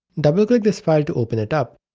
double click this file to open it up,